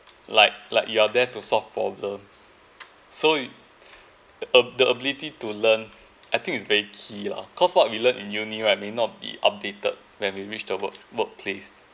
like like you are there to solve problems so the ability to learn I think it's very key lah cause what we learn in uni~ right may not be updated when we reach the work workplace